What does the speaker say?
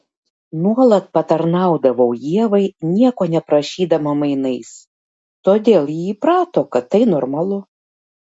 nuolat patarnaudavau ievai nieko neprašydama mainais todėl ji įprato kad tai normalu